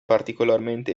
particolarmente